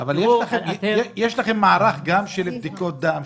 אבל יש לכם גם מערך של בדיקות דם,